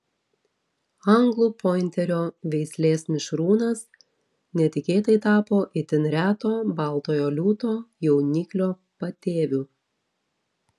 anglų pointerio veislės mišrūnas netikėtai tapo itin reto baltojo liūto jauniklio patėviu